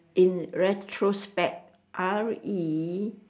in retrospect R E